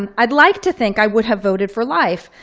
um i'd like to think i would have voted for life,